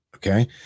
Okay